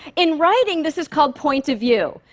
in writing, this is called point of view.